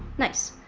nice.